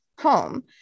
home